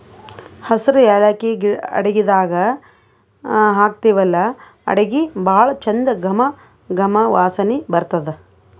ಹಸ್ರ್ ಯಾಲಕ್ಕಿ ಅಡಗಿದಾಗ್ ಹಾಕ್ತಿವಲ್ಲಾ ಅಡಗಿ ಭಾಳ್ ಚಂದ್ ಘಮ ಘಮ ವಾಸನಿ ಬರ್ತದ್